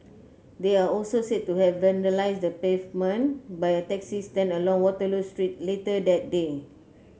they are also said to have vandalised the pavement by a taxi stand along Waterloo Street later that day